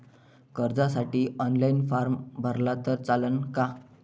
कर्जसाठी online form भरला तर चालन का?